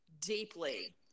deeply